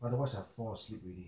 but otherwise I fall asleep already